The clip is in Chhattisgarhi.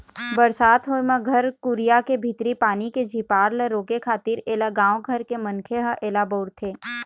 बरसात होय म घर कुरिया के भीतरी पानी के झिपार ल रोके खातिर ऐला गाँव घर के मनखे ह ऐला बउरथे